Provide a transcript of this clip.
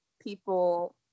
people